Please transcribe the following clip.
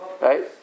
right